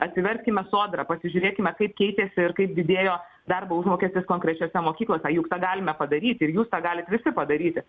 atsiverskime sodrą pasižiūrėkime kaip keitėsi ir kaip didėjo darbo užmokestis konkrečiose mokyklose juk tą galime padaryti ir jūs tą galit visi padaryti